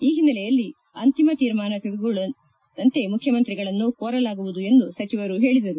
ಈ ಹಿನ್ನೆಲೆಯಲ್ಲಿ ಅಂತಿಮ ತೀರ್ಮಾನ ತೆಗೆದುಕೊಳ್ಳುವಂತೆ ಮುಖ್ಲಮಂತ್ರಿಗಳನ್ನು ಕೋರಲಾಗುವುದು ಎಂದು ಸಚಿವರು ಹೇಳಿದರು